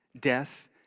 death